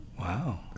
Wow